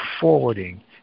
forwarding